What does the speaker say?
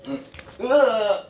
mmhmm ah